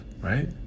right